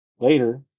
Later